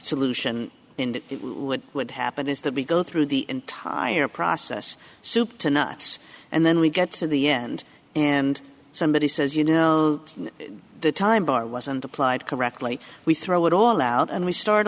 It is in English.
solution in that what would happen is that we go through the entire process soup to nuts and then we get to the end and somebody says you know the time bar wasn't applied correctly we throw it all out and we start